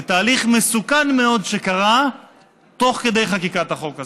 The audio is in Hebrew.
לתהליך מסוכן מאוד שקרה תוך כדי חקיקת החוק הזה.